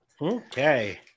Okay